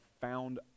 found